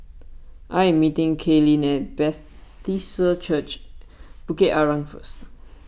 I am meeting Kaylyn at Church Bukit Arang first